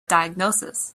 diagnosis